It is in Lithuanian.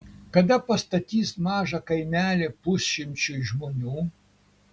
kada pastatys mažą kaimelį pusšimčiui žmonių